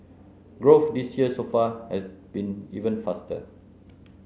growth this year so far has been even faster